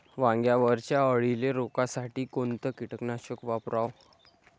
वांग्यावरच्या अळीले रोकासाठी कोनतं कीटकनाशक वापराव?